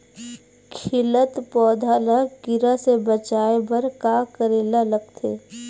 खिलत पौधा ल कीरा से बचाय बर का करेला लगथे?